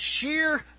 sheer